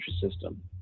system